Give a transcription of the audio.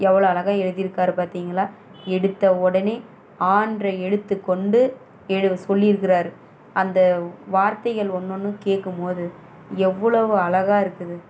எவ்வளோ அழகாக எழுதியிருக்காரு பார்த்திங்களா எடுத்த உடனே அ ன்ற எழுத்துக் கொண்டு எ சொல்லியிருக்குறாரு அந்த வார்த்தைகள் ஒன்று ஒன்றும் கேட்கும் போது எவ்வளவு அழகாருக்குது